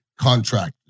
contract